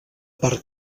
per